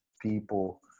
people